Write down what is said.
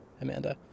Amanda